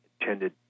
intended